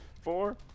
four